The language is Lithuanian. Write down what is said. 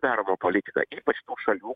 darbo politiką ypač tų šalių